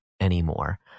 anymore